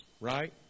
right